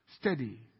Steady